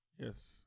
Yes